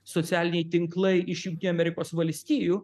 socialiniai tinklai iš jungtinių amerikos valstijų